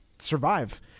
survive